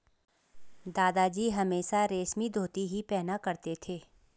दादाजी हमेशा रेशमी धोती ही पहना करते थे